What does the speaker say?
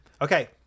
okay